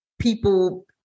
people